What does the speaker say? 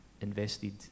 invested